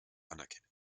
anerkennen